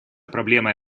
проблемой